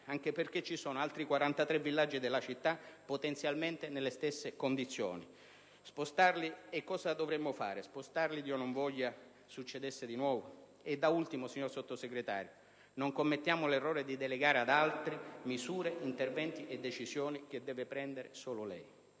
anche perché ci sono altre 43 zone della città potenzialmente nelle stesse condizioni. Cosa dovremmo fare? Spostarli se - Dio non voglia - l'alluvione si verificasse di nuovo? Da ultimo, signor Sottosegretario, non commettiamo l'errore di delegare ad altri misure, interventi e decisioni che deve prendere solo lei.